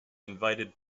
invite